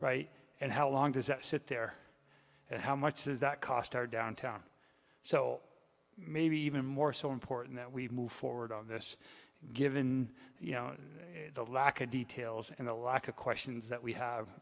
right and how long does that sit there and how much does that cost our downtown so maybe even more so important that we move forward on this given the lack of details and the lack of questions that we have